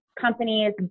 companies